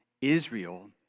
israel